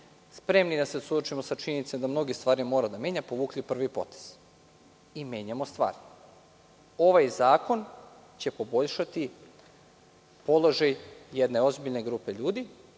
spremni da se suočimo sa činjenicom da mnoge stvari moramo da menjamo, povukli prvi potez i menjamo stvari. Ovaj zakon će poboljšati položaj jedne ozbiljne grupe ljudi.